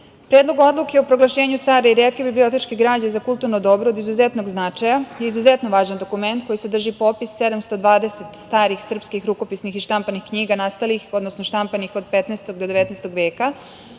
odluke o proglašenju stare i retke bibliotečke građe za kulturno dobro od izuzetnog značaja je izuzetno važan dokument koji sadrži popis 720 starih srpskih rukopisnih i štampanih knjiga nastalih, odnosno štampanih od 15. do 19. veka